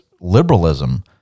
liberalism